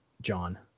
john